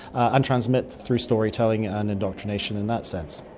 ah and transmit through storytelling and indoctrination in that sense.